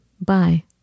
Bye